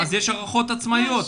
אז יש הערכות עצמאיות.